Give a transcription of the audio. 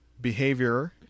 behavior